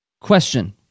question